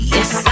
Yes